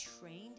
trained